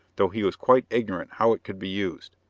though he was quite ignorant how it could be used.